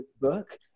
book